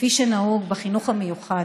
כפי שנהוג בחינוך המיוחד,